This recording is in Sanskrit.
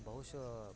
बहुषु